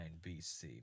BC